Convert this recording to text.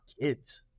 kids